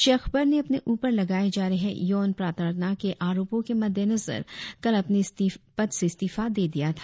श्री अकबर ने अपने ऊपर लगाये जा रहे यौन प्रताइना के आरोपों के मद्देनजर कल अपने पद से इस्तीफा दे दिया था